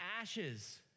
ashes